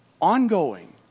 ongoing